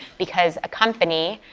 because a company,